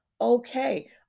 okay